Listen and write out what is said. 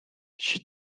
she